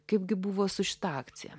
kaipgi buvo su šita akcija